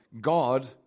god